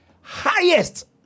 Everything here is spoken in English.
highest